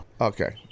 Okay